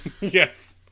Yes